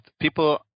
people